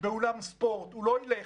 באולם ספורט, הוא לא ילך.